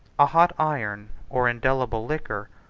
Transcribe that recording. a hot iron, or indelible liquor,